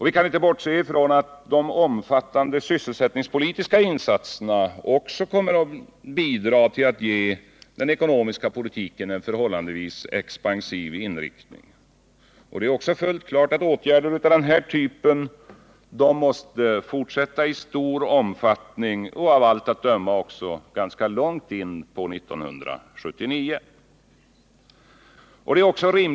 Vi kan inte bortse från att de omfattande sysselsättningspolitiska insatserna också kommer att bidra till att ge den ekonomiska politiken en förhållandevis expansiv inriktning. Det är också fullt klart att åtgärder av den här typen måste fortsätta i stor omfattning och av allt att döma ganska långt in på 1979.